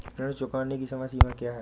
ऋण चुकाने की समय सीमा क्या है?